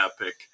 epic